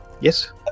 Yes